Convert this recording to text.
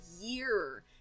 year